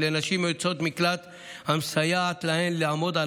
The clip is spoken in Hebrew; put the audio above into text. לנשים יוצאות מקלט המסייעת להן לעמוד על